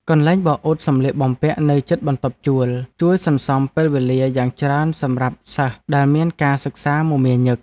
កន្លែងបោកអ៊ុតសម្លៀកបំពាក់នៅជិតបន្ទប់ជួលជួយសន្សំពេលវេលាយ៉ាងច្រើនសម្រាប់សិស្សដែលមានការសិក្សាមមាញឹក។